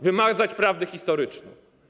Wymazać prawdę historyczną.